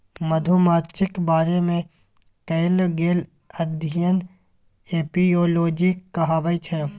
मधुमाछीक बारे मे कएल गेल अध्ययन एपियोलाँजी कहाबै छै